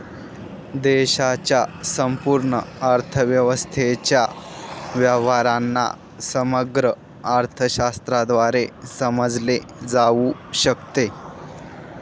देशाच्या संपूर्ण अर्थव्यवस्थेच्या व्यवहारांना समग्र अर्थशास्त्राद्वारे समजले जाऊ शकते